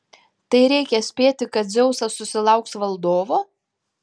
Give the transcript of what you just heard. tai reikia spėti kad dzeusas susilauks valdovo